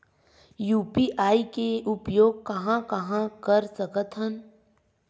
UPI के उपयोग कहां कहा कर सकत हन?